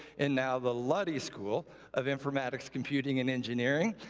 and now the luddy school of informatics, computing, and engineering.